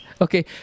okay